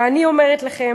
ואני אומרת לכם,